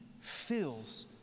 fills